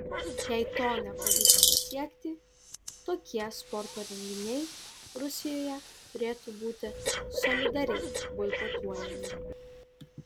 jei to nepavyks pasiekti tokie sporto renginiai rusijoje turėtų būti solidariai boikotuojami